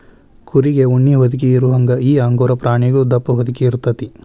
ಕುರಿಗೆ ಉಣ್ಣಿ ಹೊದಿಕೆ ಇರುವಂಗ ಈ ಅಂಗೋರಾ ಪ್ರಾಣಿಗು ದಪ್ಪ ಹೊದಿಕೆ ಇರತತಿ